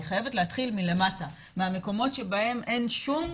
היא חייבת להתחיל מלמטה, מהמקומות שבהם אין שום